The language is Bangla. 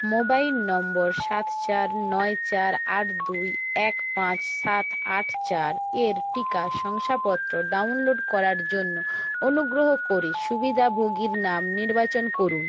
মোবাইল নম্বর সাত চার নয় চার আট দুই এক পাঁচ সাত আট চার এর টিকা শংসাপত্র ডাউনলোড করার জন্য অনুগ্রহ করে সুবিধাভোগীর নাম নির্বাচন করুন